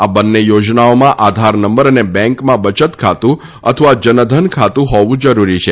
આ બંને યોજનાઓમાં આધાર નંબર અને બેન્કમાં બયત ખાતુ અથવા જનધન ખાતુ હોવું જરૂરી છે